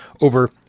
over